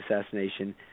assassination